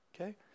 okay